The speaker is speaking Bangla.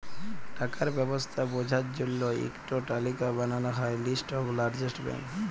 টাকার ব্যবস্থা বঝার জল্য ইক টো তালিকা বানাল হ্যয় লিস্ট অফ লার্জেস্ট ব্যাঙ্ক